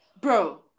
bro